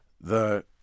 The